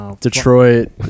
Detroit